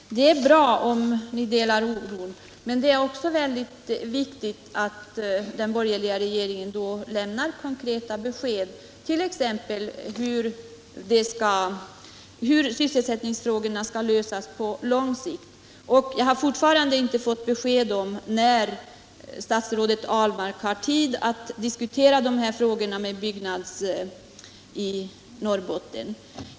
Herr talman! Det är bra om ni delar vår oro, men det är viktigt att den borgerliga regeringen då också lämnar konkreta besked om t.ex. hur sysselsättningsproblemen skall kunna lösas på lång sikt. Jag har fortfarande inte fått något besked om när statsrådet Ahlmark har tid att diskutera de frågorna med Byggnads i Norrbotten.